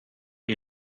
you